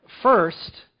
First